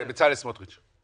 בצלאל סמוטריץ'.